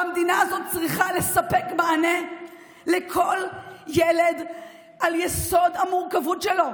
והמדינה הזאת צריכה לספק מענה לכל ילד על יסוד המורכבות שלו,